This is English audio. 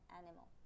animal